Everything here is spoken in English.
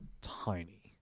tiny